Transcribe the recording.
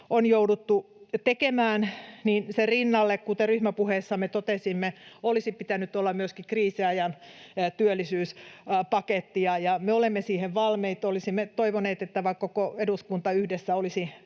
on jouduttu tekemään, niin sen rinnalle, kuten ryhmäpuheessamme totesimme, olisi pitänyt olla myöskin kriisiajan työllisyyspaketti, ja me olemme siihen valmiit. Olisimme toivoneet, että vaikka koko eduskunta yhdessä olisi